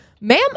ma'am